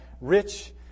rich